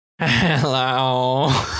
Hello